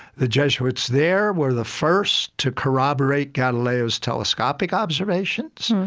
the jesuits there were the first to corroborate galileo's telescopic observations,